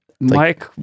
Mike